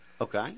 Okay